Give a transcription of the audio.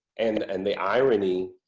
and, and the irony